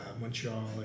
Montreal